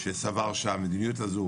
שסבר שהמדיניות הזו